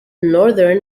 northern